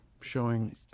showing